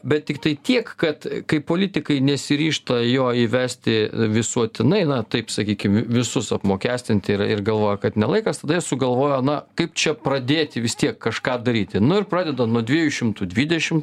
bet tiktai tiek kad kai politikai nesiryžta jo įvesti visuotinai na taip sakykim visus apmokestinti ir ir galvoja kad ne laikas tada jie sugalvojo na kaip čia pradėti vis tiek kažką daryti nu ir pradeda nuo dviejų šimtų dvidešim